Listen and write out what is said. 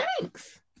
Thanks